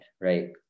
right